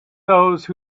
those